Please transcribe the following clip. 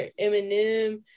Eminem